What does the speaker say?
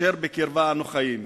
אשר בקרבה אנו חיים.